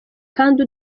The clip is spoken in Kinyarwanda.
kandi